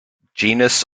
genus